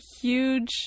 huge